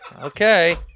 okay